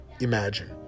imagine